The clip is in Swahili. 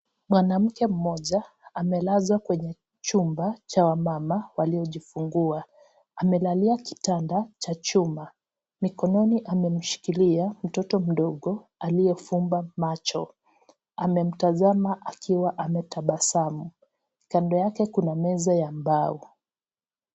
Mwanamke mmoja amelazwa kwenye chumba cha wagonjwa wamama waliojifungua amelalia kitanda cha chuma mikononi amemshikilia mtoto mdogo aliyefumba macho amemtasama akiwa ametabasamu kando yake kuna meza ya mbao.